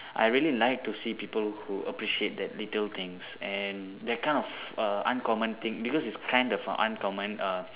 I really like to see people who appreciate that little things and that kind of err uncommon thing because it kind of uncommon err